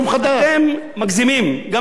אתם מגזימים גם בזה.